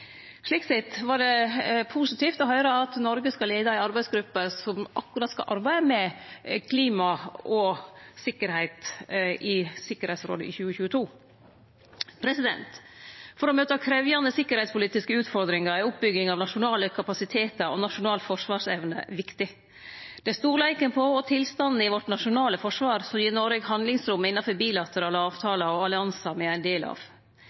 Slik sett var det positivt å høyre at Noreg skal leie ei arbeidsgruppe som skal arbeide med klima og sikkerheit i Tryggingsrådet i 2022. For å møte krevjande sikkerheitspolitiske utfordringar er oppbygging av nasjonale kapasitetar og nasjonal forsvarsevne viktig. Det er storleiken på og tilstanden til vårt nasjonale forsvar som gir Noreg handlingsrom innanfor bilaterale avtalar og alliansar me er ein del av.